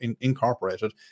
incorporated